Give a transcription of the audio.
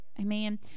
amen